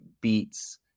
beats